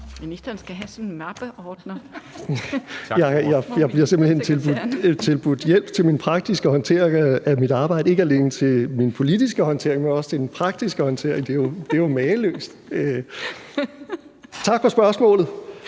Ministeren skal have sådan en mappeordner) Jeg bliver simpelt hen tilbudt hjælp til min praktiske håndtering af mit arbejde – ikke alene til min politiske håndtering, men også til min praktiske håndtering – det er jo mageløst. Tak for spørgsmålet.